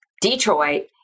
Detroit